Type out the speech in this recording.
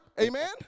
amen